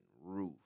roof